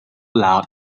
loud